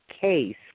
case